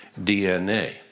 DNA